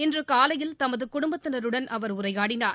இன்று காலையில் தமது குடும்பத்தினருடன் அவர் உரையாடினார்